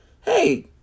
Hey